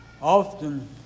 often